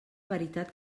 veritat